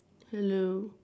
hello